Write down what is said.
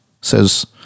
says